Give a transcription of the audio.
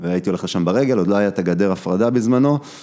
והייתי הולך לשם ברגל, עוד לא הייתה את הגדר הפרדה בזמנו.